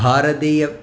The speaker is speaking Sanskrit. भारतीय